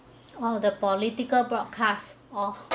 orh the political broadcasts orh